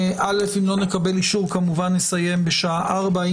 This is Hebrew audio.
נקבל אישור נסיים כמובן בשעה ארבע.